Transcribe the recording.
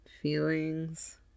Feelings